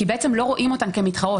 כי בעצם לא רואים אותן כמתחרות.